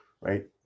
right